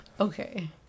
okay